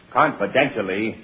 confidentially